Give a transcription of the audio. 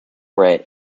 right